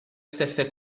stesse